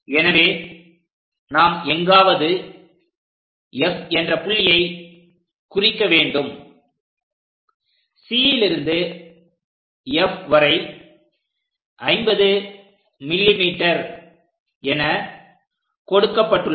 எனவே நாம் எங்காவது F என்ற புள்ளியை குறிக்க வேண்டும் C லிருந்து F வரை 50 mm என கொடுக்கப்பட்டுள்ளது